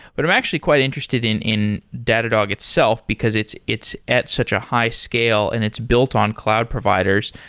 but i'm actually quite interested in in datadog itself, because it's it's at such a high scale and it's built on cloud providers.